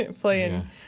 playing